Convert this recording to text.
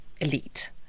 elite